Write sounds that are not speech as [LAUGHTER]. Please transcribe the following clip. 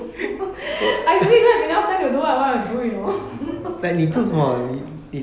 [LAUGHS] I really don't have enough time to do what I want to do you know [LAUGHS]